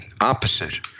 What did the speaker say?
opposite